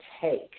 take